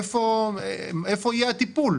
איפה יהיה הטיפול?